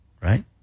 right